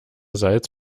salz